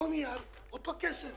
אותו נייר, אותו כסף.